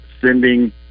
sending –